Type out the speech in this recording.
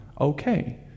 okay